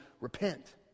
repent